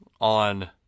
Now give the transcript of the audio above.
on